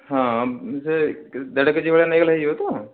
ହଁ ସେ ଦେଢ଼ କେ ଜି ଭଳିଆ ନେଇଗଲେ ହୋଇଯିବ ତ